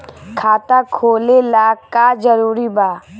खाता खोले ला का का जरूरी बा?